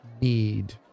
need